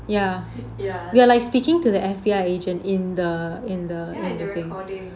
ya we are like speaking to the F_B_I agent in the in the editing